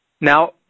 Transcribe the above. Now